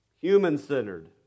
human-centered